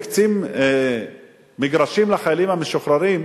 מקצים מגרשים לחיילים המשוחררים,